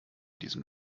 diesem